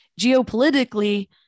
geopolitically